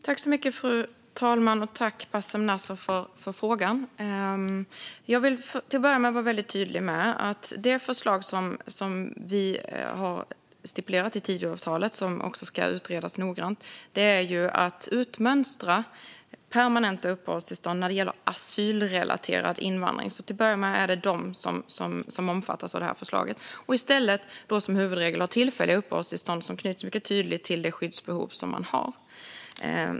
Fru talman! Tack för frågan, Bassem Nasr! Jag vill till att börja med vara tydlig med att det förslag som vi har stipulerat i Tidöavtalet och som ska utredas noggrant gäller att utmönstra permanenta uppehållstillstånd när det gäller asylrelaterad invandring. Det är de som omfattas av förslaget. Det ska i stället som huvudregel vara tillfälliga uppehållstillstånd som knyts mycket tydligt till det skyddsbehov man har.